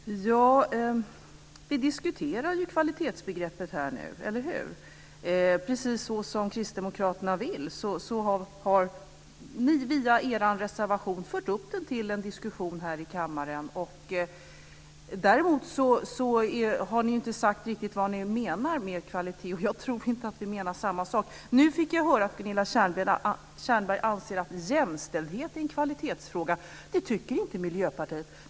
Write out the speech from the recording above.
Herr talman! Vi diskuterar kvalitetsbegreppet här nu, eller hur? Precis som kristdemokraterna vill har de via sin reservation fört upp frågan till en diskussion här i kammaren. Däremot har ni inte riktigt sagt vad ni menar med kvalitet. Jag tror inte att vi menar samma sak. Nu fick jag höra att Gunilla Tjernberg anser att jämställdhet är en kvalitetsfråga. Det tycker inte Miljöpartiet.